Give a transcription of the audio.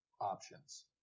options